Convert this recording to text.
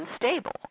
unstable